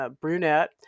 brunette